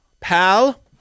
pal